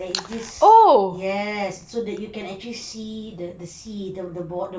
there is this yes so you can actually see the the sea